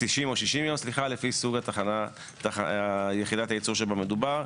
לפי סוג יחידת הייצור שבה מדובר,